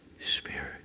Spirit